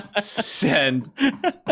send